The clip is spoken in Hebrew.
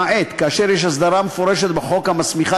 למעט כאשר יש הסדרה מפורשת בחוק המסמיכה